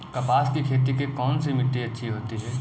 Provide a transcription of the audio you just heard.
कपास की खेती के लिए कौन सी मिट्टी अच्छी होती है?